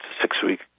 six-week